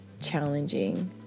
challenging